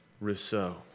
Rousseau